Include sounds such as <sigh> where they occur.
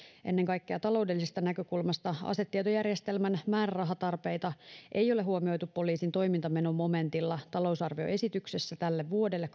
ennen kaikkea taloudellisesta näkökulmasta asetietojärjestelmän määrärahatarpeita ei ole huomioitu poliisin toimintamenomomentilla talousarvioesityksessä tälle vuodelle <unintelligible>